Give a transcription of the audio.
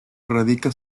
radica